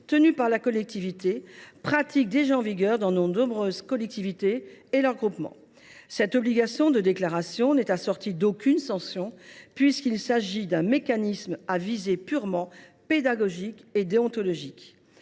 tenu par la collectivité. Cette pratique est déjà en vigueur dans de nombreuses collectivités et groupements. Cette obligation de déclaration n’est assortie d’aucune sanction, puisqu’il s’agit d’un mécanisme à visée purement pédagogique et déontologique.